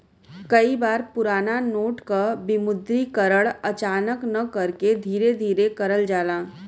कई बार पुराना नोट क विमुद्रीकरण अचानक न करके धीरे धीरे करल जाला